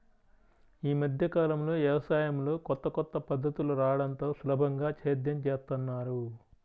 యీ మద్దె కాలంలో యవసాయంలో కొత్త కొత్త పద్ధతులు రాడంతో సులభంగా సేద్యం జేత్తన్నారు